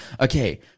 okay